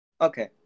Okay